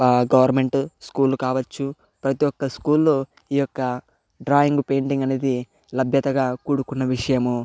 ప government school కావచ్చు ప్రతి ఒక్క స్కూల్ లో ఈ యొక్క డ్రాయింగ్ పెయింటింగ్ అనేది లభ్యతగా కూడుకున్న విషయము